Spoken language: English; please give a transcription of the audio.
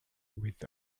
with